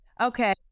Okay